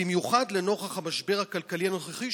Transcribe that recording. במיוחד נוכח המשבר הכלכלי הנוכחי,